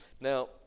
Now